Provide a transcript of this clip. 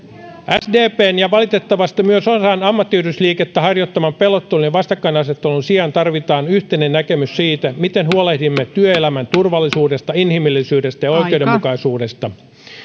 sdpn ja valitettavasti myös osan ammattiyhdistysliikettä harjoittaman pelottelun ja vastakkainasettelun sijaan tarvitaan yhteinen näkemys siitä miten huolehdimme työelämän turvallisuudesta inhimillisyydestä ja oikeudenmukaisuudesta